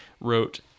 wrote